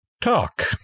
Talk